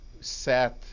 sat